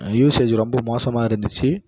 usage ரொம்ப மோசமாக இருந்துச்சு